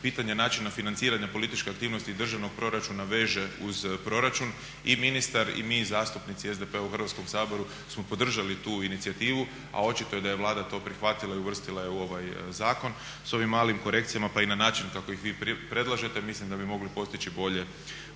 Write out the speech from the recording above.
pitanje načina financiranja političke aktivnosti državnog proračuna veže uz proračun i ministar i mi zastupnici SDP-a u Hrvatskom saboru smo podržali tu inicijativu, a očito da je Vlada to prihvatila i uvrstila je u ovaj zakon s ovim malim korekcijama pa i na način kako ih vi predlažete mislim da bi mogli postići bolje